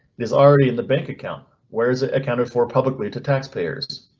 is already in the bank account? where is it accounted for publicly to taxpayers?